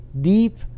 deep